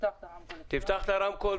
תציג את עצמך.